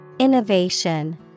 Innovation